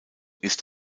ist